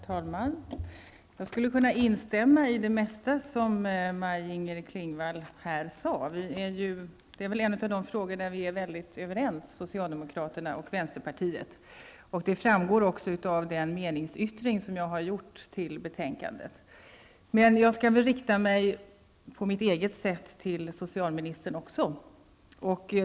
Herr talman! Jag skulle kunna instämma i det mesta som Maj-Inger Klingvall sade. Detta är väl en av de frågor där socialdemokraterna och vänsterpartiet är helt överens. Det framgår också av den meningsyttring som jag har avgett till betänkandet. Jag skall också, på mitt eget sätt, rikta mig till socialministern.